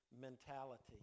mentality